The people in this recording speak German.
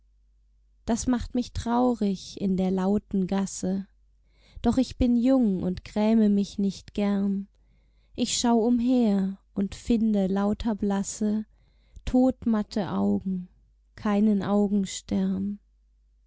das macht mich traurig in der lauten gasse doch ich bin jung und gräme mich nicht gern ich schau umher und finde lauter blasse totmatte augen keinen